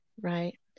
right